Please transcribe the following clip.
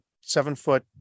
seven-foot